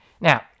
Now